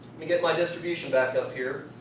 me get my distribution back up here.